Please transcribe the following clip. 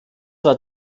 war